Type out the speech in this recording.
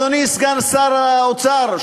אדוני סגן שר האוצר,